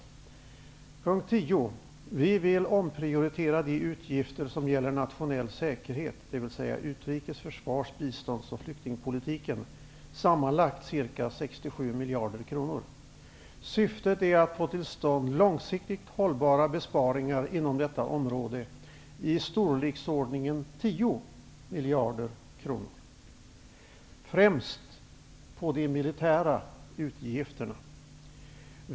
I p. 10 står det: Vi vill omprioritera de utgifter som gäller nationell säkerhet, dvs. utrikes-, försvars-, bistånds och flyktingpolitiken, sammanlagt ca 67 miljarder kronor. Syftet är att få till stånd långsiktigt hållbara besparingar inom detta område i storleksordningen 10 miljarder kronor främst på de militära utgifterna.